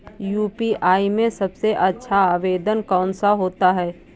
UPI में सबसे अच्छा आवेदन कौन सा होता है?